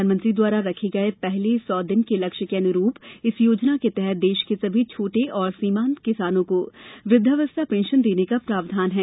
प्रधानमंत्री द्वारा रखे गये पहले सौ दिन के लक्ष्य के अनुरूप इस योजना के तहत देश के सभी छोटे और सीमांत किसानों को वृद्वावस्था पेंशन देने का प्रावधान है